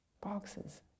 boxes